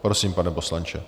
Prosím, pane poslanče.